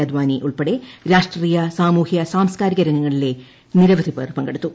അദ്വാനി ഉൾപ്പെടെ രാഷ്ട്രീയ സാമൂഹ്യ സാംസ്കാരിക രംഗങ്ങളിലെ നിരവധി പേർ പങ്കെടുത്തു